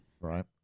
right